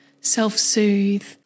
self-soothe